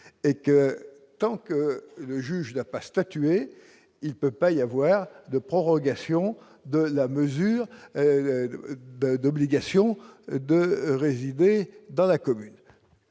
et que tant que le juge n'a pas statué, il peut pas y avoir de prorogation de la mesure de d'obligation de résider dans la commune,